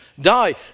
die